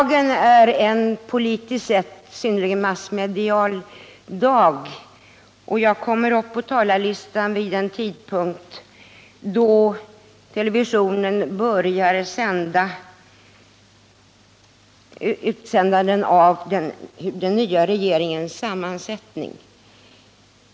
Herr talman! Politiskt sett är det i dag en massmedial dag. Jag kommer upp på talarlistan vid en tidpunkt då televisionen börjar sina sändningar om den nya regeringens sammansättning.